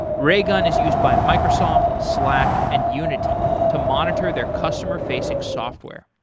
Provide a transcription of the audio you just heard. raygun is used by microsoft, slack and unity to monitor their customer-facing software.